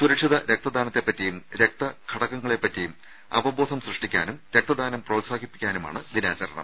സുരക്ഷിത രക്തദാനത്തെപ്പറ്റിയും രക്തഘടകങ്ങളെപ്പറ്റിയും അവബോധം സൃഷ്ടിക്കാനും രക്തദാനം പ്രോത്സാഹിപ്പിക്കാനുമാണ് ദിനാചരണം